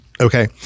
Okay